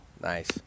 Nice